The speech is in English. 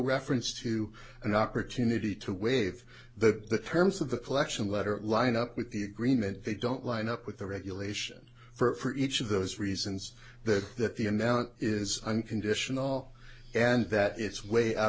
reference to an opportunity to waive the terms of the collection letter line up with the agreement they don't line up with the regulation for each of those reasons the that the amount is unconditional and that it's way out